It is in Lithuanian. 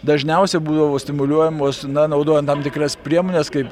dažniausia buvo stimuliuojamos na naudojant tam tikras priemones kaip